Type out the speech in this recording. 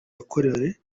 yakorewe